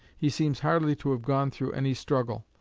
he seems hardly to have gone through any struggle.